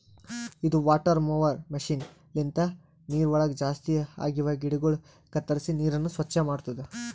ಇದು water mower machine ಲಿಂತ ನೀರವಳಗ್ ಜಾಸ್ತಿ ಆಗಿವ ಗಿಡಗೊಳ ಕತ್ತುರಿಸಿ ನೀರನ್ನ ಸ್ವಚ್ಚ ಮಾಡ್ತುದ